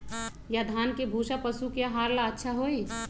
या धान के भूसा पशु के आहार ला अच्छा होई?